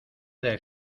del